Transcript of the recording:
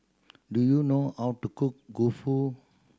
do you know how to cook